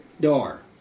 door